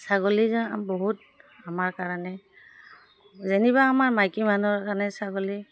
ছাগলীজন বহুত আমাৰ কাৰণে যেনিবা আমাৰ মাইকী মানুহৰ কাৰণে ছাগলী